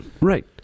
Right